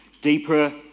deeper